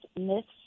myths